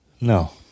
No